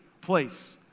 place